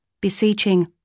beseeching